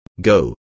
Go